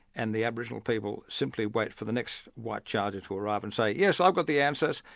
and the aboriginal people simply wait for the next white charger to arrive and say yes, i've got the answers!